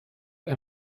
ein